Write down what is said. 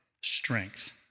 strength